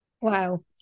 Wow